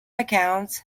accounts